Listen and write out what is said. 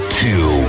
two